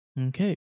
Okay